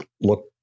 look